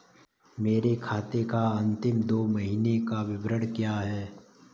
मेरे खाते का अंतिम दो महीने का विवरण क्या है?